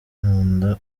nkunda